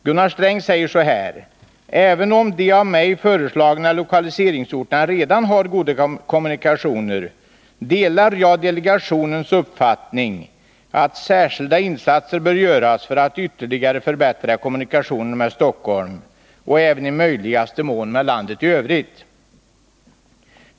Gunnar Sträng säger: ”Även om de av mig föreslagna lokaliseringsorterna redan har goda kommunikationer, delar jag delegationens uppfattning att särskilda insatser bör göras för att ytterligare förbättra kommunikationerna med Stockholm och även i möjligaste mån med landet i övrigt.